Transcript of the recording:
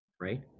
Right